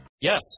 yes